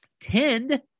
tend